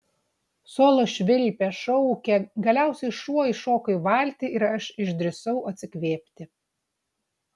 solo švilpė šaukė galiausiai šuo įšoko į valtį ir aš išdrįsau atsikvėpti